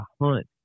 hunt